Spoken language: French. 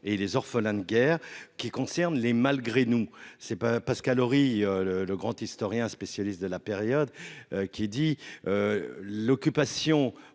et les orphelins de guerre, qui concerne les malgré-nous c'est pas Pascal Ory le le grand historien spécialiste de la période qui dit l'occupation